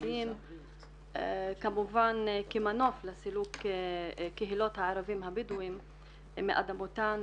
בסיסיות כמובן כמנוף לסילוק הערבים הבדואים מאדמתם,